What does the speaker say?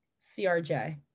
CRJ